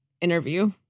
interview